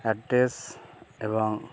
address এবং